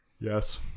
Yes